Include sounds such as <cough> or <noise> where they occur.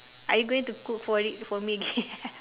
are you going to cook for it for me again <laughs>